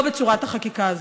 לא בצורת החקיקה הזאת.